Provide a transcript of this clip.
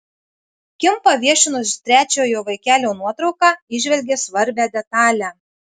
kim paviešinus trečiojo vaikelio nuotrauką įžvelgė svarbią detalę